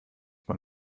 mal